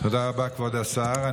תודה רבה, כבוד השר.